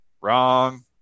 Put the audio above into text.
Wrong